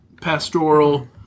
pastoral